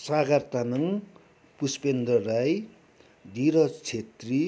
स्वागत तामाङ पुष्पेन्दर राई धिरज छेत्री